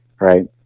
right